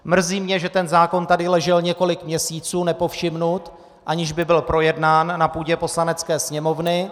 Mrzí mě, že zákon tady ležel několik měsíců nepovšimnut, aniž by byl projednán na půdě Poslanecké sněmovny.